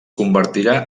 convertirà